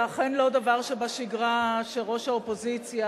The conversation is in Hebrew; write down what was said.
זה אכן לא דבר שבשגרה שראש האופוזיציה,